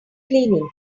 cleaning